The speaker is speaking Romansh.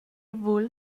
vul